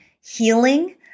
healing